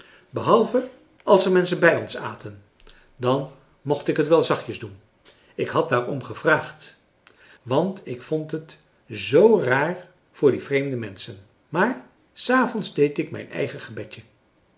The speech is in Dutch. behalve als er menschen bij ons aten dan mocht ik het wel zachtjes doen ik had daar om gevraagd want ik vond het zoo raar voor die vreemde menschen maar s avonds deed ik mijn eigen gebedje